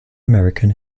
american